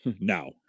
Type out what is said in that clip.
Now